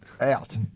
out